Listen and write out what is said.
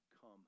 come